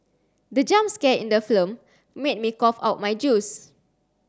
the jump scare in the film made me cough out my juice